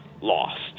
lost